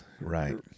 Right